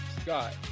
Scott